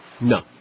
No